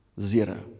Zero